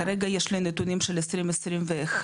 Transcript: כרגע יש לי נתונים של 2021 מעובדים,